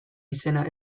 izena